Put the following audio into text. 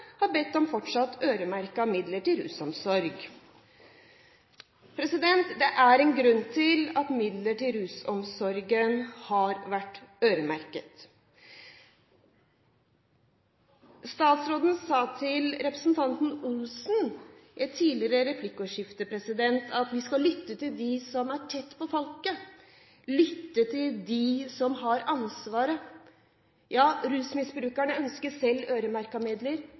har bedt om fortsatt øremerkede midler til rusomsorgen. Det er en grunn til at midler til rusomsorgen har vært øremerket. Statsråden sa til representanten Per Arne Olsen, i et tidligere svar, at vi skal lytte til dem som er tett på folket – lytte til dem som har ansvaret. Rusmisbrukerne selv